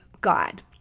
God